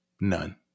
None